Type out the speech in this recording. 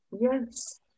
Yes